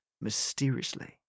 mysteriously